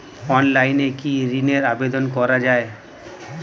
অনলাইনে কি ঋণের আবেদন করা যায়?